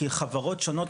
כי חברות שונות,